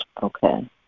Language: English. Okay